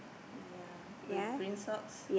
yea with green socks